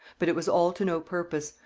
but it was all to no purpose.